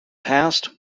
past